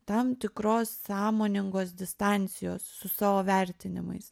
tam tikros sąmoningos distancijos su savo vertinimais